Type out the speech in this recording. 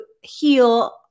heal